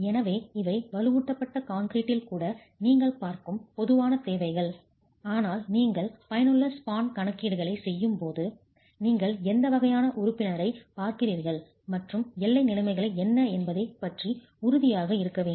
எனவே இவை வலுவூட்டப்பட்ட கான்கிரீட்டில் கூட நீங்கள் பார்க்கும் பொதுவான தேவைகள் ஆனால் நீங்கள் பயனுள்ள ஸ்பான் கணக்கீடுகளைச் செய்யும்போது நீங்கள் எந்த வகையான உறுப்பினரைப் பார்க்கிறீர்கள் மற்றும் எல்லை நிலைமைகள் என்ன என்பதைப் பற்றி உறுதியாக இருக்க வேண்டும்